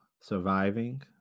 surviving